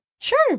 Sure